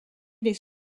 les